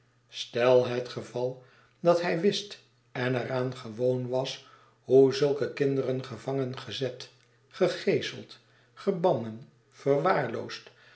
stel het geval dat hij wist en er aan gewoon was hoe zulke kinderen gevangen gezet gegeeseld gebannen verwaarloosd